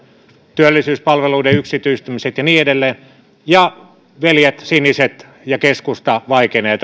työllisyyspalveluiden yksityistämiset ja niin edelleen ja veljet siniset ja keskusta vaikenevat